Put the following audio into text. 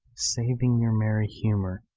saving your merry humour,